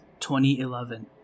2011